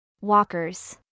walkers